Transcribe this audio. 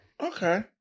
Okay